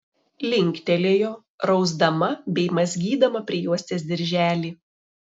linktelėjo rausdama bei mazgydama prijuostės dirželį